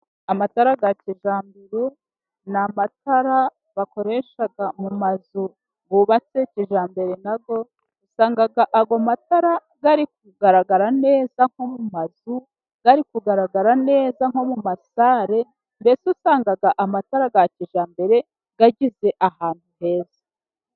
Amatara ya kijyambere ni amatara bakoresha mu mazu yubatse kijyambere na yo, usanga ayo matara ari kugaragara neza nko mu mazu, ari kugaragara neza nko mu masare, mbese usanga amatara ya kijyambere agize ahantu heza.